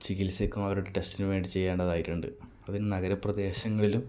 ചികിത്സയ്ക്കുമൊരു ടെസ്റ്റിന് വേണ്ടി ചെയ്യേണ്ടതായിട്ടുണ്ട് അതിനി നഗരപ്രദേശങ്ങളിലും